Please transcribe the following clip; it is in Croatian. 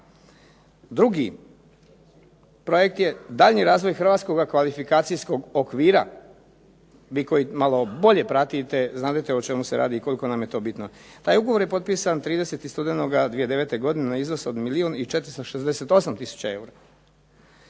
Drugi projekt je daljnji razvoj hrvatskoga kvalifikacijskog okvira. Vi koji malo bolje pratite znate o čemu se radi i koliko nam je to bitno. Taj ugovor je potpisan 30. studenoga 2009. godine na iznos od milijun